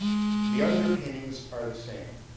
the underpinnings are the same.